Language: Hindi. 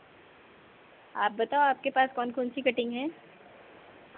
आप बताओ आपके पास कौन कौन सी कटिंग है